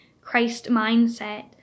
Christ-mindset